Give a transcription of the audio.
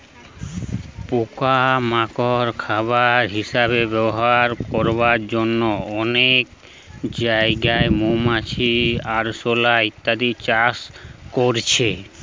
পোকা মাকড় খাবার হিসাবে ব্যবহার করবার জন্যে অনেক জাগায় মৌমাছি, আরশোলা ইত্যাদি চাষ করছে